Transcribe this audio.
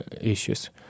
issues